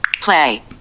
Play